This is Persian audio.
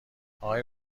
اقای